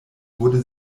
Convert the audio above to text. wurde